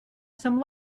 some